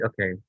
okay